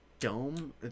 dome